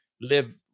live